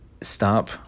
stop